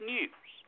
News